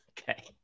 Okay